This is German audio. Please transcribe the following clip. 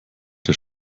der